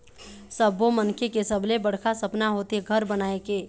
सब्बो मनखे के सबले बड़का सपना होथे घर बनाए के